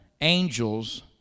angels